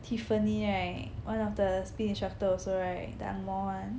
Tiffany right one of the spin instructor also right the ang-mo one